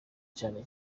cyane